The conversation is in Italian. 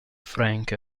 frank